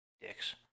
Dicks